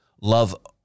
love